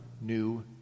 new